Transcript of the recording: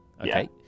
okay